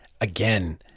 again